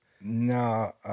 No